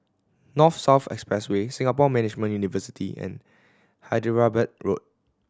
North South Expressway Singapore Management University and Hyderabad Road